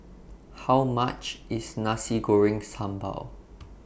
How much IS Nasi Goreng Sambal